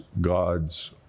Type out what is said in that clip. God's